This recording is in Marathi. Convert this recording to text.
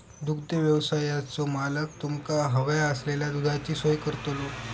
दुग्धव्यवसायाचो मालक तुमका हव्या असलेल्या दुधाची सोय करतलो